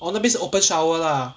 oh 那边是 open shower lah